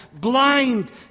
blind